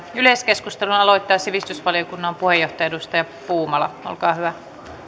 yleiskeskustelun aloittaa sivistysvaliokunnan puheenjohtaja edustaja puumala olkaa hyvä